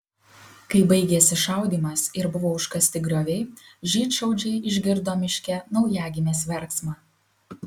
kai baigėsi šaudymas ir buvo užkasti grioviai žydšaudžiai išgirdo miške naujagimės verksmą